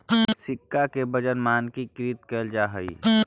सिक्का के वजन मानकीकृत कैल जा हई